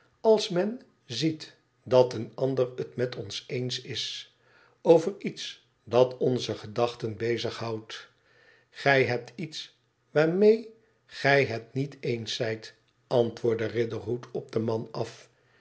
als men ziet dat een ander het met ons eens is over iets dat onze gedachten bezig houdt gij hebt iets waarmee gij het niet eens zijt antwoordde riderhood op den man af